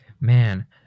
Man